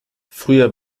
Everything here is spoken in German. früher